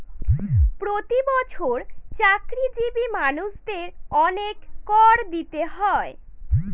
প্রতি বছর চাকরিজীবী মানুষদের অনেক কর দিতে হয়